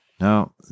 Now